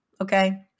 Okay